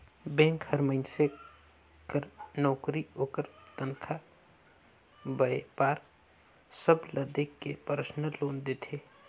bank हर मइनसे कर नउकरी, ओकर तनखा, बयपार सब ल देख के परसनल लोन देथे